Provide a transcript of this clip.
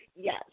Yes